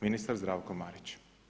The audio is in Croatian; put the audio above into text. Ministar Zdravko Marić.